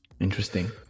Interesting